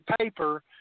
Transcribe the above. paper